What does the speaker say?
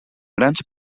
grans